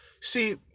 See